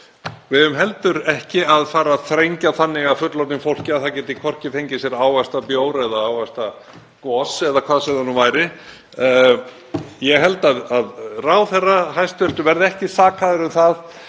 Við eigum heldur ekki að fara að þrengja þannig að fullorðnu fólki að það geti hvorki fengið sér ávaxtabjór eða ávaxtagos eða hvað sem það nú væri. Ég held að hæstv. ráðherra verði ekki sakaður um að